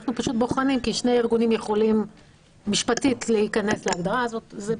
אנחנו פשוט בוחנים כי שני ארגונים יכולים משפטית להיכנס להגדרה הזאת.